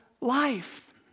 life